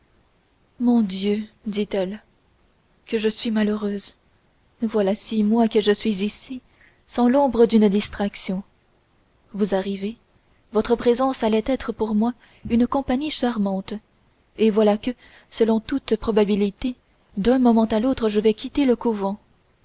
mon dieu dit-elle que je suis malheureuse voilà six mois que je suis ici sans l'ombre d'une distraction vous arrivez votre présence allait être pour moi une compagnie charmante et voilà que selon toute probabilité d'un moment à l'autre je vais quitter le couvent